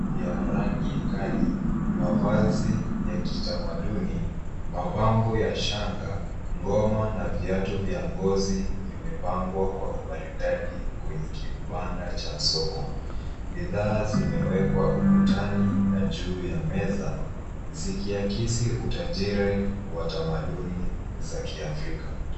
Vya rangi kali, mavazi ya kitamaduni, mapambo ya shanga ngoma na viatu vya ngozi vimepangwa kwa umaridadi kwenye kibanda cha soko. Bidhaa zimewekwa ukutani na juu ya meza zikiakisi utajiri wa tamaduni za Kiafrika.